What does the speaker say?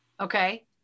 okay